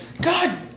God